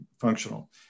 functional